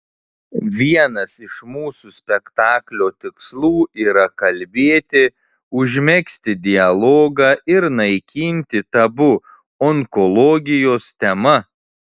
vienas iš mūsų spektaklio tikslų yra kalbėti užmegzti dialogą ir naikinti tabu onkologijos tema